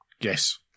Yes